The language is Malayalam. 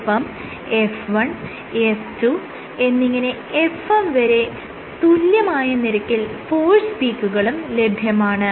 ഒപ്പം F1 F2 എന്നിങ്ങനെ FM വരെ തുല്യമായ നിരക്കിൽ ഫോഴ്സ് പീക്കുകളും ലഭ്യമാണ്